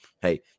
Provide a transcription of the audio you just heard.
hey